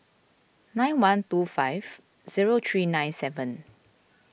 nine one two five zero three nine seven